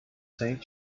saint